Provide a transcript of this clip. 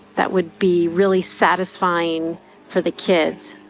that would be really satisfying for the kids.